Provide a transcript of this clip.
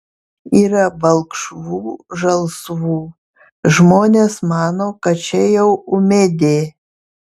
yra balkšvų žalsvų žmonės mano kad čia jau ūmėdė